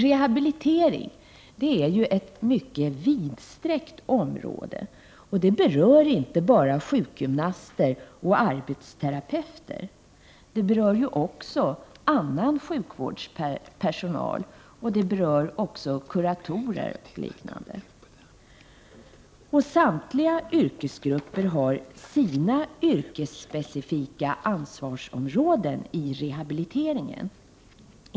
Rehabilitering är ju ett vidsträckt område som berör inte bara sjukgymnaster och arbetsterapeuter, utan det rör också annan sjukvårdspersonal, kuratorer och liknande personal. Samtliga dessa yrkesgrupper har sina yrkesspecifika ansvarsområden i rehabiliteringen.